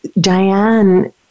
Diane